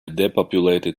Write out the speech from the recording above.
depopulated